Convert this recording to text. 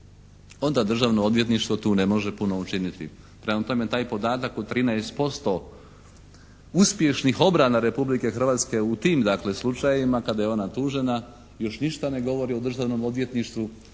onda Državno odvjetništvo tu ne može puno učiniti. Prema tome, taj podatak od 13% uspješnih obrana Republike Hrvatske u tim slučajevima kada je ona tužena još ništa ne govori o Državnom odvjetništvu